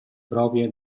proprie